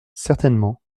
certainement